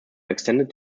extended